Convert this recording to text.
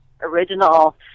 original